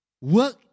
work